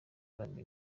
kuramya